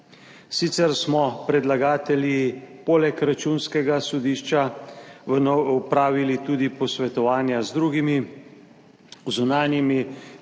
Sicer smo predlagatelji poleg Računskega sodišča v novo opravili tudi posvetovanja z drugimi zunanjimi